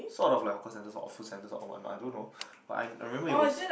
sort of like hawker centres or food centres or what not I don't know but I I remember it was